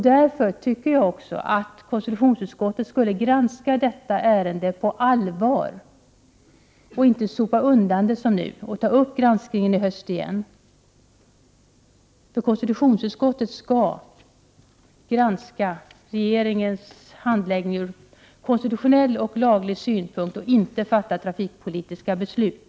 Därför tycker jag att konstitutionsutskottet på allvar skall granska detta ärende och inte sopa undan det. I höst bör man därför ta upp det på nytt. Konstitutionsutskottet skall nämligen granska regeringens handläggning ur konstitutionell och laglig synpunkt, inte fatta trafikpolitiska beslut.